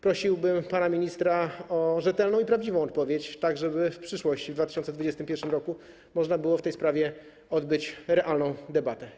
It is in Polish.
Prosiłbym pana ministra o rzetelną i prawdziwą odpowiedź, tak żeby w przyszłości, w 2021 r., można było w tej sprawie odbyć realną debatę.